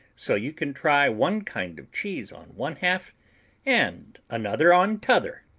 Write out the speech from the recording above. so you can try one kind of cheese on one half and another on t'other,